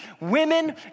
Women